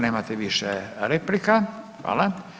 Nemate više replika, hvala.